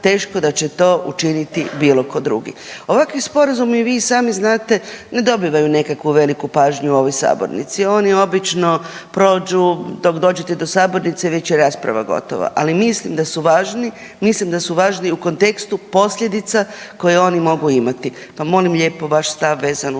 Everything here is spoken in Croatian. teško da će to učiniti bilo ko drugi. Ovakvi sporazumi vi i sami znate ne dobivaju nekakvu veliku pažnju u ovoj sabornici, oni obično prođu dok dođete do sabornice već je rasprava gotova, ali mislim da su važni, mislim da su važni u kontekstu posljedica koje oni mogu imati, pa molim lijepo vaš stav vezano uz to.